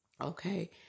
Okay